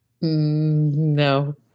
No